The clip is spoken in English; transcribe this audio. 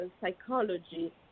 psychology